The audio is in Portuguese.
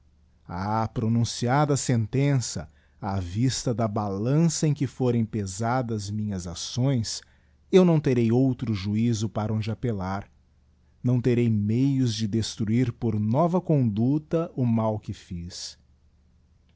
ah pronunciada a sentença á vista da balança em que forem pesadas minhas acçoes eu não terei outro juizo para onde appellar não terei meios de destruir por nova conducta o mal que fiz